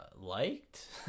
liked